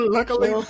Luckily